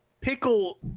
pickle